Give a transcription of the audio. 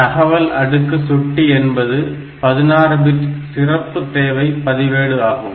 தகவல் அடுக்கு சுட்டி என்பது ஒரு 16 பிட் சிறப்பு தேவை பதிவேடு ஆகும்